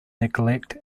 neglect